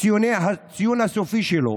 הציון הסופי שלו.